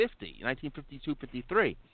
1952-53